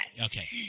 Okay